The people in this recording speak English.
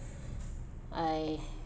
I